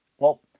well,